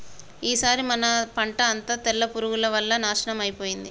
ఈసారి మన పంట అంతా తెల్ల పురుగుల వల్ల నాశనం అయిపోయింది